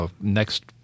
next